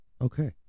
Okay